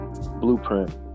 blueprint